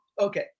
Okay